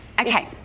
Okay